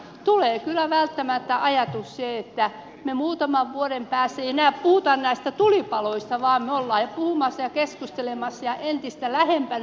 tulee kyllä välttämättä se ajatus että me muutaman vuoden päästä emme enää puhu näistä tulipaloista vaan me olemme jo puhumassa ja keskustelemassa ja entistä lähempänä liittovaltiota